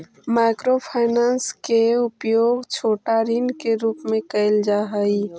micro finance के उपयोग छोटा ऋण के रूप में कैल जा हई